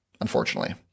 Unfortunately